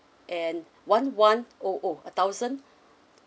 and one one O O a thousand